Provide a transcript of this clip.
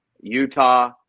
Utah